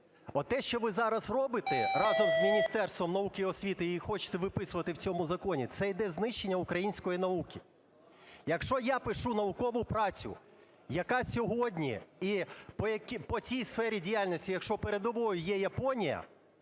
Оте, що ви зараз робите, разом з Міністерством науки і освіти і хочете виписувати в цьому законі, це йде знищення української науки. Якщо я пишу наукову працю, яка сьогодні і по цій сфері діяльності, якщо передовою є Японія,